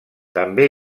també